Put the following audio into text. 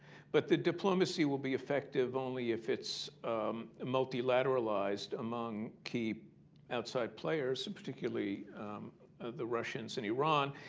but the diplomacy will be effective only if it's multi-lateralized among key outside players, and particularly the russians and iran.